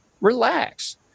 Relax